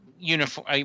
uniform